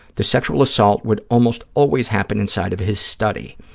the sexual assault would almost always happen inside of his study.